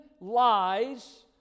lies